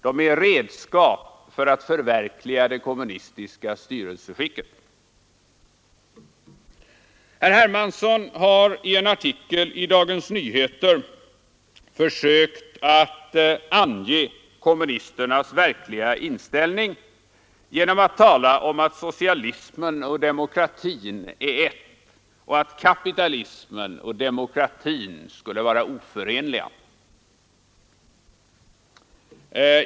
De är redskap för att förverkliga det kommunistiska styrelseskicket. Herr Hermansson har i en artikel i Dagens Nyheter försökt att ange kommunisternas verkliga inställning genom att tala om att socialismen och demokratin är ett, och att kapitalismen och demokratin skulle vara oförenliga.